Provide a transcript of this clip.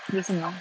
dua setengah